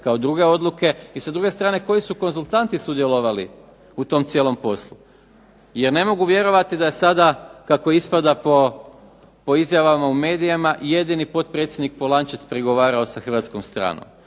kao druge odluke. I sa druge strane koji su konzultanti sudjelovali u tom cijelom poslu. Ja ne mogu vjerovati da je sada, kako ispada po izjavama u medijima, jedini potpredsjednik Polančec pregovarao sa hrvatskom stranom.